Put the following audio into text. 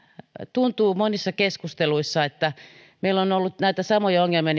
tuntuu monissa keskusteluissa että meillä on ollut näitä samoja ongelmia